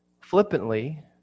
flippantly